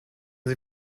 sie